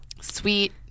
Sweet